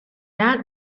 that